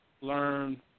learn